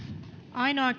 ainoaan